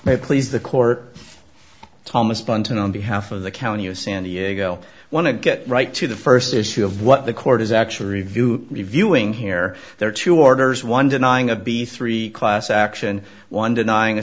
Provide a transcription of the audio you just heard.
may please the court thomas blanton on behalf of the county of san diego want to get right to the st issue of what the court is actually review reviewing here there are two orders one denying a b three class action one denying